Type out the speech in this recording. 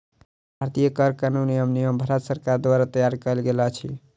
भारतीय कर कानून एवं नियम भारत सरकार द्वारा तैयार कयल गेल अछि